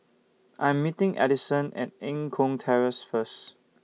I Am meeting Adyson At Eng Kong Terrace First